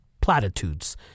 platitudes